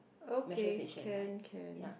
okay can can